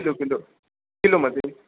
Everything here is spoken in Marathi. किलो किलो किलोमध्ये